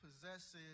possesses